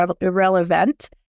irrelevant